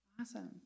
Awesome